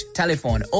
telephone